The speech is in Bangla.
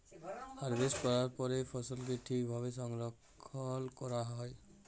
হারভেস্ট ক্যরার পরে ফসলকে ঠিক ভাবে সংরক্ষল ক্যরা হ্যয়